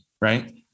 right